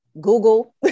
google